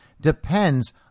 depends